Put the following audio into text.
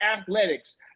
athletics